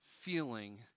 Feeling